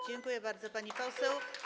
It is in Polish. Dziękuję bardzo, pani poseł.